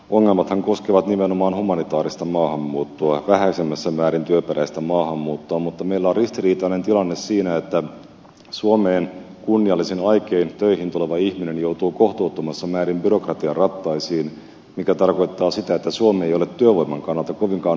ongelmathan koskevat nimenomaan humanitaarista maahanmuuttoa vähäisemmässä määrin työperäistä maahanmuuttoa mutta meillä on ristiriitainen tilanne siinä että suomeen kunniallisin aikein töihin tuleva ihminen joutuu kohtuuttomassa määrin byrokratian rattaisiin mikä tarkoittaa sitä että suomi ei ole työvoiman kannalta kovinkaan houkutteleva kohdemaa